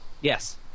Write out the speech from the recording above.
yes